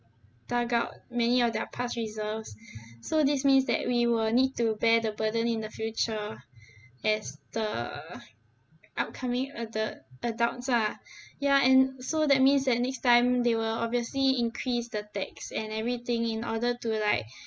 dug out many of their past reserves so this means that we will need to bear the burden in the future as the upcoming adult adults lah ya and so that means that next time they will obviously increase the tax and everything in order to like